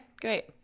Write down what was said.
great